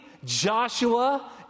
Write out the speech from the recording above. Joshua